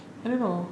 I don't know